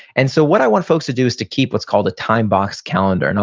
and so what i want folks to do is to keep what's called a timebox calendar. and